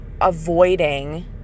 avoiding